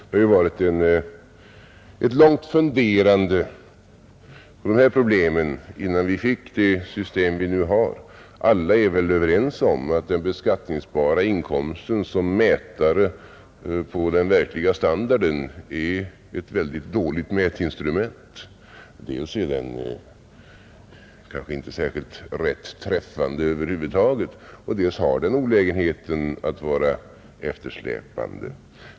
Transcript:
Det funderades länge på dessa problem innan vi fick det system vi nu har. Alla är väl överens om att den beskattningsbara inkomsten som mätare på den verkliga standarden är ett väldigt dåligt mätinstrument. Dels träffar den kanske inte särskilt rätt över huvud taget, dels har den olägenheten att vara eftersläpande.